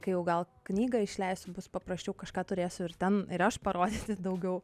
jau gal knygą išleisiu bus paprasčiau kažką turėsiu ir ten ir aš parodyt daugiau